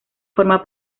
forma